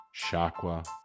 Shakwa